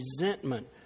resentment